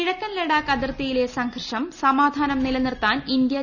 കിഴക്കൻ ലഡാക്ക് അതിർത്തിയിലെ സംഘർഷം സമാധാനം നിലനിർത്താൻ ഇന്ത്യ ചൈന ധാരണ